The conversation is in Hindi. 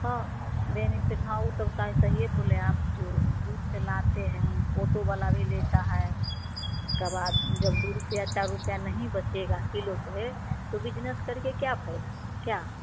हाँ बेनीफिट हाँ वो तो सारे सही हैं बोलें आप जो दूर से लाते हैं ऑटो वाला भी लेता है तब आप जब दो रुपये चार रुपये नहीं बचेगा किलो के तो बिजनेस कर के क्या फायदा क्या